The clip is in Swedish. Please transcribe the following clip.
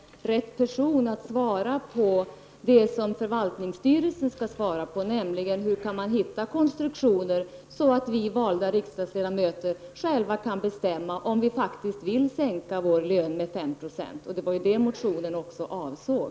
Herr talman! Nu är inte jag rätt person att säga vad förvaltningsstyrelsen skall svara, nämligen hur man kan hitta konstruktioner som gör att vi valda riksdagsledamöter själva kan bestämma att sänka vår lön med 5 90. Det var ju det som motionen avsåg.